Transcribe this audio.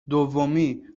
دومی